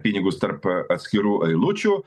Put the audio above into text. pinigus tarp atskirų eilučių